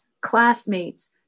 classmates